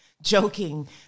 joking